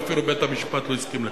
ואפילו בית-המשפט לא הסכים לכך.